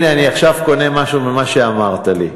הנה אני עכשיו קונה משהו ממה שאמרת לי.